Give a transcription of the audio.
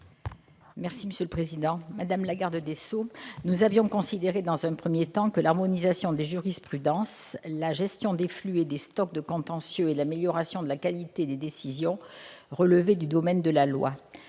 : La parole est à Mme Josiane Costes. Nous avions considéré, dans un premier temps, que l'harmonisation des jurisprudences, la gestion des flux et des stocks de contentieux et l'amélioration de la qualité des décisions relevaient du domaine de la loi.